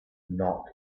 not